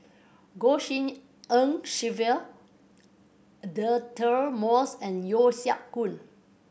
Goh Tshin En Sylvia Deirdre Moss and Yeo Siak Goon